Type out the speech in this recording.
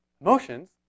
Emotions